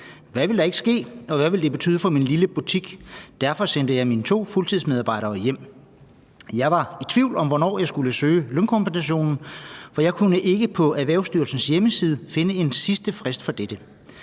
Hvad ville der ikke ske, og hvad ville det betyde for min lille butik? Derfor sendte jeg mine to fuldtidsmedarbejdere hjem. Jeg var i tvivl om, hvornår jeg skulle søge lønkompensationen, for jeg kunne ikke på Erhvervsstyrelsens hjemmeside finde en sidste frist for dette.